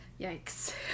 Yikes